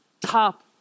top